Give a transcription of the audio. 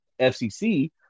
FCC